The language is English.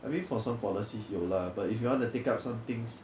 I mean for some policies 有 lah but if you want to take up some things